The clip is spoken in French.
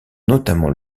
notamment